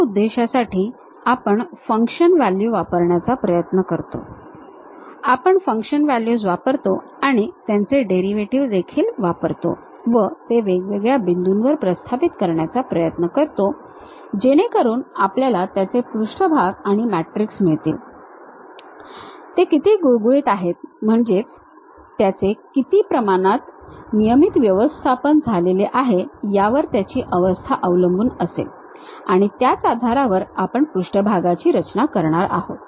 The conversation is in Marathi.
त्या उद्देशासाठी आपण फंक्शन व्हॅल्यू वापरण्याचा प्रयत्न करतो आपण फंक्शन व्हॅल्यूज वापरतो आणि त्यांचे डेरिव्हेटिव्ह देखील वापरतो व ते वेगवेगळ्या बिंदूंवर प्रस्थापित करण्याचा प्रयत्न करतो जेणेकरून आपल्याला त्याचे पृष्ठभाग आणि मॅट्रिक्स मिळतील ते किती गुळगुळीत आहेत म्हणजेच त्याचे किती प्रमाणात नियमित व्यवस्थपन झालेले आहे यावर त्याची अवस्था अवलंबून असेल आणि त्याच आधारावर आपण पृष्ठभागाची रचना करणार आहोत